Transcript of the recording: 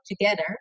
together